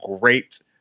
great